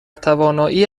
توانایی